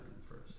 first